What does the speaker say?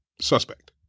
suspect